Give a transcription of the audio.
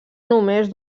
només